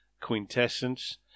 Quintessence